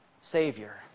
Savior